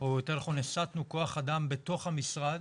הסטנו כוח אדם בתוך המשרד